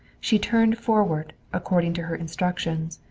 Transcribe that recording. she turned forward, according to her instructions,